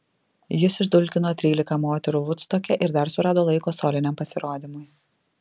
jis išdulkino trylika moterų vudstoke ir dar surado laiko soliniam pasirodymui